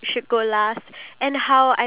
exactly